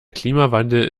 klimawandel